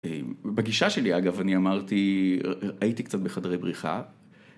בגישה שלי אגב אני אמרתי הייתי קצת בחדרי בריחה